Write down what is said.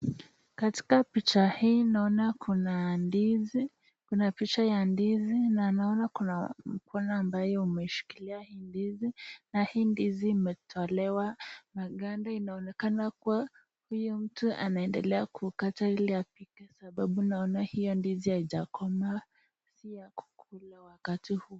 Katika picha hii naona kuna ndizi kuna picha ya ndizi na naona kuna mkono ambaye umeshikilia hii ndizi. Na hii ndizi imetolewa, makanda inaonekana kuwa huyo mtu anaendelea kukata ili apike kwa sababu naona hiyo ndizi haijakomaa si ya kukula wakati huu.